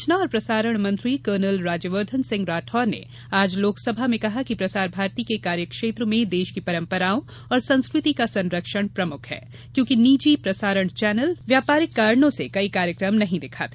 सूचना और प्रसारण मंत्री कर्नल राज्यवर्धन सिंह राठौड़ ने आज लोक सभा में कहा कि प्रसार भारती के कार्यक्षेत्र में देश की परंपराओं और संस्कृति का संरक्षण प्रमुख है क्योंकि निजी प्रसारण चैनल व्यापारिक कारणों से कई कार्यक्रम नहीं दिखाते